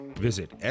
Visit